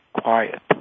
quiet